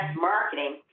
marketing